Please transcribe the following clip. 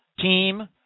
team